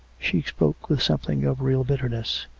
she spoke with something of real bitterness.